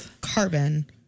carbon